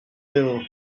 deal